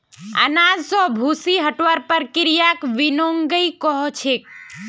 अनाज स भूसी हटव्वार प्रक्रियाक विनोइंग कह छेक